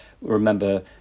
remember